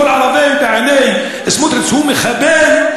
כל ערבי בעיני סמוטריץ הוא מחבל,